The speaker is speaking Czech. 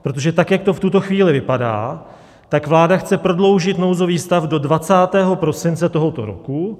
Protože tak jak to v tuto chvíli vypadá, tak vláda chce prodloužit nouzový stav do 20. prosince tohoto roku.